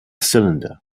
cylinder